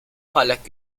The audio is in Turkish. parlak